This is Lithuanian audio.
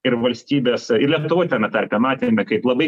ir valstybės ir lietuvoj tame tarpe matėme kaip labai